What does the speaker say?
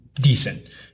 decent